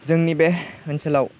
जोंनि बे ओनसोलाव